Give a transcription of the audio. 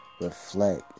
reflect